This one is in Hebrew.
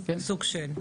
סוג של.